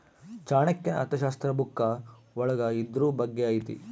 ಚಾಣಕ್ಯನ ಅರ್ಥಶಾಸ್ತ್ರ ಬುಕ್ಕ ಒಳಗ ಇದ್ರೂ ಬಗ್ಗೆ ಐತಿ